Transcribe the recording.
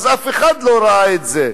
אף אחד לא ראה את זה,